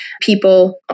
people